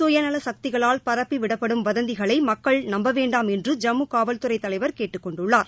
சுயநல சக்திகளால் பரப்பிவிடப்படும் வதந்திகளை மக்கள் நம்ப வேண்டாம் என்று ஜம்மு காவல்துறை தலைவர் கேட்டுக்கொண்டுள்ளார்